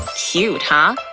cute, huh?